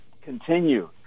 continue